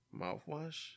mouthwash